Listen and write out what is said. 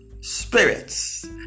spirits